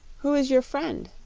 who is your friend?